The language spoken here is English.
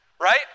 right